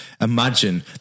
imagine